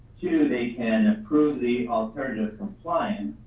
two, they can approve the alternative compliance